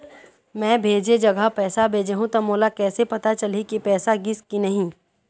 मैं भेजे जगह पैसा भेजहूं त मोला कैसे पता चलही की पैसा गिस कि नहीं?